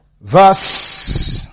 Verse